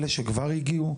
אלה שכבר הגיעו.